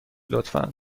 لطفا